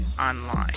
online